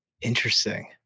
Interesting